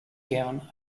gown